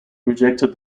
rejected